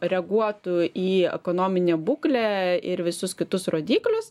reaguotų į ekonominę būklę ir visus kitus rodiklius